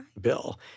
bill